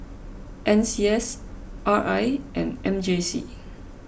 N C S R I and M J C